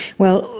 well,